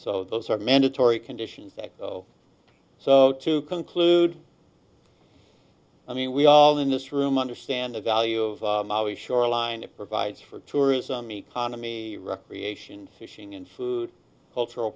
so those are mandatory conditions that so to conclude i mean we all in this room understand the value of shoreline it provides for tourism economy recreation fishing and food cultural